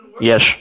Yes